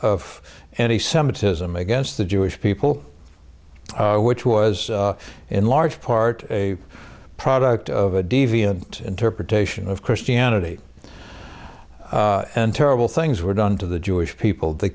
of anti semitism against the jewish people which was in large part a product of a deviant interpretation of christianity and terrible things were done to the jewish people the